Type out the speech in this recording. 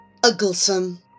Ugglesome